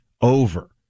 over